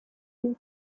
film